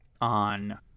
on